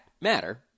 matter